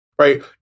right